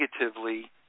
negatively